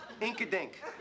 Ink-a-dink